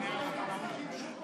לא הייתם צריכים שום